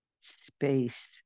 space